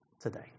today